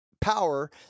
power